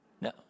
No